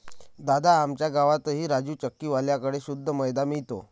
दादा, आमच्या गावातही राजू चक्की वाल्या कड़े शुद्ध मैदा मिळतो